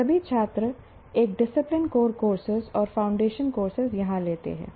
तो सभी छात्र एक डिसिप्लिन कोर कोर्स और फाउंडेशन कोर्स यहां लेते हैं